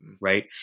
right